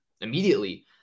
immediately